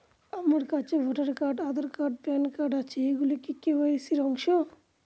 আমার কাছে voter card Aadhaar card PAN card আছে এগুলো কি কে.ওয়াই.সি র অংশ?